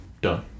Done